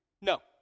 No